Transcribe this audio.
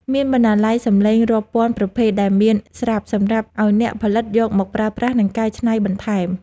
មានបណ្ណាល័យសំឡេងរាប់ពាន់ប្រភេទដែលមានស្រាប់សម្រាប់ឱ្យអ្នកផលិតយកមកប្រើប្រាស់ និង កែច្នៃបន្ថែម។